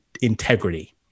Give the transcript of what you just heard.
integrity